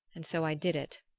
and so i did it.